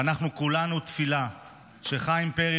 ואנחנו כולנו תפילה שחיים פרי,